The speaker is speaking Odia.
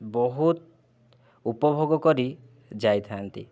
ବହୁତ ଉପଭୋଗ କରି ଯାଇଥାନ୍ତି